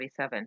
1947